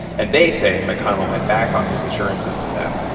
and they say mcconnell went back on his assurances to them.